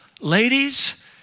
ladies